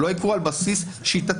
לא יקרו על בסיס שיטתי,